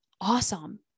Awesome